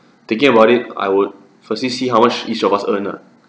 thinking about it I would firstly see how much each of us earn lah